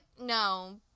no